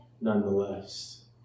nonetheless